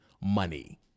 money